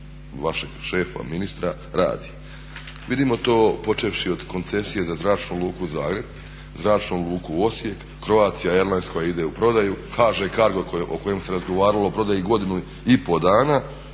vašeg šefa, ministra radi. Vidimo to počevši od Koncesije za Zračnu luku Zagreb, Zračnu luku Osijek, Croatia airlines koja ide u prodaju, HŽ CARGO o kojem se razgovaralo o prodaji godinu i po dana,